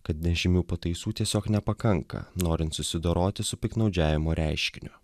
kad nežymių pataisų tiesiog nepakanka norint susidoroti su piktnaudžiavimo reiškiniu